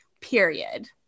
Period